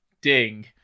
ding